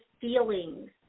feelings